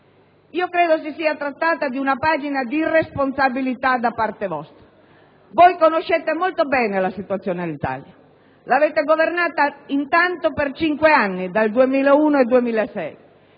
Credo si sia trattato di una pagina di irresponsabilità da parte vostra. Voi conoscete molto bene la situazione dell'Alitalia; intanto l'avete governata per cinque anni, dal 2001 al 2006,